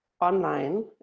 online